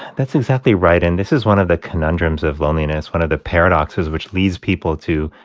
that's exactly right, and this is one of the conundrums of loneliness, one of the paradoxes which leads people to